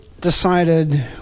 decided